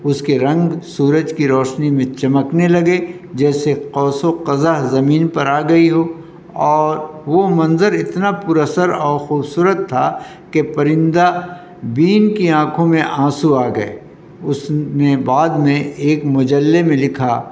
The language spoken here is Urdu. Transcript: اس کے رنگ سورج کی روشنی میں چمکنے لگے جیسے قوس قزح زمین پر آ گئی ہو اور وہ منظر اتنا پر اثر اور خوبصورت تھا کہ پرندہ بین کی آنکھوں میں آنسو آ گئے اس نے بعد میں ایک مجلے میں لکھا